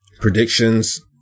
Predictions